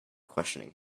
questioning